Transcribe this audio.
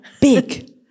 big